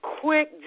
quick